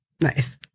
Nice